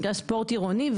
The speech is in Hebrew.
מגרש ספורט עירוני,